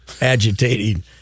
agitating